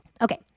Okay